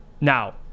Now